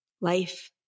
Life